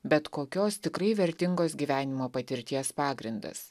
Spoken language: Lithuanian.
bet kokios tikrai vertingos gyvenimo patirties pagrindas